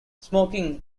smoking